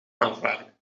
aanvaarden